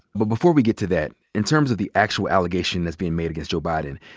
but before we get to that, in terms of the actual allegation that's being made against joe biden,